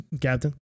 Captain